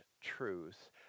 truth